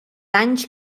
anys